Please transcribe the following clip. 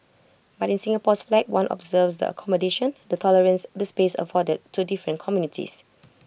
but in Singapore's flag one observes the accommodation the tolerance the space afforded to different communities